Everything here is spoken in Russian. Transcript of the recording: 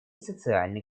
социальный